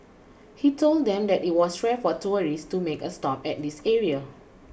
he told them that it was rare for tourists to make a stop at this area